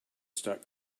stuck